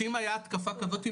שאם הייתה התקפה כזאתי,